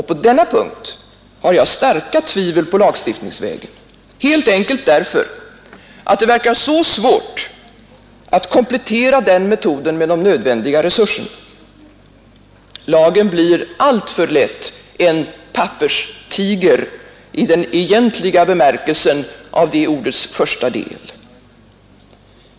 På denna punkt har jag starka tvivel på lagstiftningsvägen, helt enkelt därför att det verkar så svårt att komplettera den metoden med de nödvändiga resurserna. Lagen blir alltför lätt en papperstiger, i den egentliga bemärkelsen av det ordets första del.